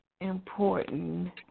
important